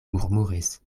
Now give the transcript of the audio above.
murmuris